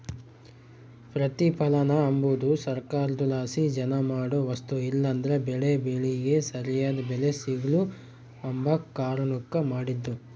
ಪ್ರತಿಪಲನ ಅಂಬದು ಸರ್ಕಾರುದ್ಲಾಸಿ ಜನ ಮಾಡೋ ವಸ್ತು ಇಲ್ಲಂದ್ರ ಬೆಳೇ ಬೆಳಿಗೆ ಸರ್ಯಾದ್ ಬೆಲೆ ಸಿಗ್ಲು ಅಂಬ ಕಾರಣುಕ್ ಮಾಡಿದ್ದು